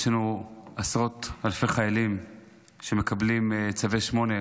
יש לנו עשרות אלפי חיילים שמקבלים צווי 8,